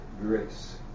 grace